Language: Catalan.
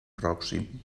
pròxim